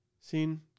seen